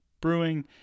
Brewing